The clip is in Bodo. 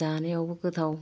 जानायावबो गोथाव